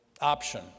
option